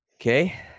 Okay